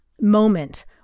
moment